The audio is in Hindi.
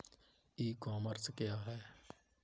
ई कॉमर्स क्या है?